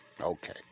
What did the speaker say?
okay